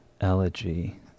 elegy